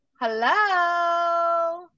Hello